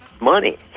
money